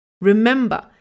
Remember